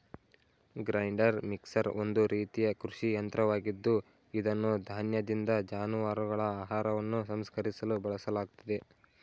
grinder mixer ಒಂದು ರೀತಿಯ ಕೃಷಿ ಯಂತ್ರವಾಗಿದ್ದು ಇದನ್ನು ಧಾನ್ಯದಿಂದ ಜಾನುವಾರುಗಳ ಆಹಾರವನ್ನು ಸಂಸ್ಕರಿಸಲು ಬಳಸಲಾಗ್ತದೆ